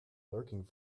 lurking